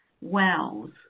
Wells